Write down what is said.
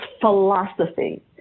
philosophy